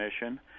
mission